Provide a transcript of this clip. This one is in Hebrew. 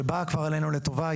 שבאה כבר עלינו לטובה,